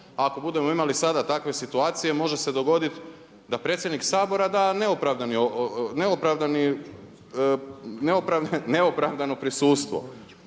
ako budemo imali sada takve situacije može se dogoditi da predsjednik Sabora da neopravdano prisustvo.